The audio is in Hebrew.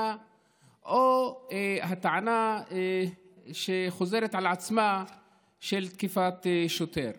או הטענה שחוזרת על עצמה של תקיפת שוטר.